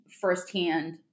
firsthand